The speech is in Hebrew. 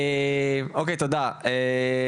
אוקיי, תודה אראל.